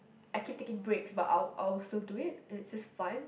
I keep taking breaks but I'll I'll still do it it's just fun